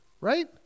right